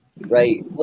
Right